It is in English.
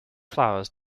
flowers